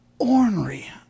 ornery